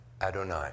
Adonai